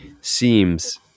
seems